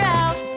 out